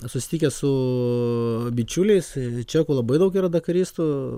susitikęs su bičiuliais čekų labai daug yra dakaristų